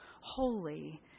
Holy